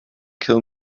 kill